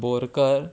Borkar